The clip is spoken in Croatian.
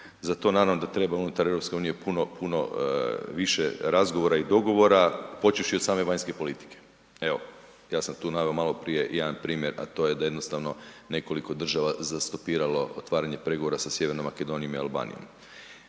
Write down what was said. za to naravno da treba unutar EU puno više razgovora i dogovora, počevši od same vanjske politike. Evo, ja sam tu naveo maloprije jedan primjer, a to je da jednostavno nekoliko država zastopiralo otvaranje pregovora sa Sjevernom Makedonijom i Albanijom.